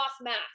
math